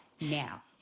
now